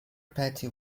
petty